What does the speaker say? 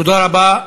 תודה רבה.